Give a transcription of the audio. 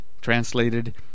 translated